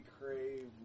crave